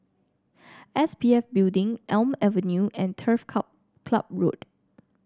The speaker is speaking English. S P F Building Elm Avenue and Turf Cub Ciub Road